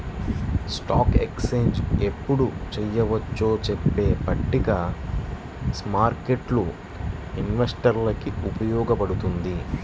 stock exchange ఎప్పుడు చెయ్యొచ్చో చెప్పే పట్టిక స్మార్కెట్టు ఇన్వెస్టర్లకి ఉపయోగపడుతుంది